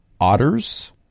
otters